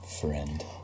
friend